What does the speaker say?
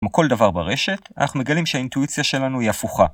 כמו כל דבר ברשת, אנחנו מגלים שהאינטואיציה שלנו היא הפוכה.